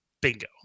Bingo